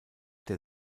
der